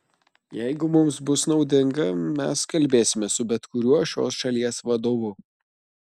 jeigu mums bus naudinga mes kalbėsimės su bet kuriuo šios šalies vadovu